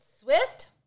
Swift